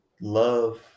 love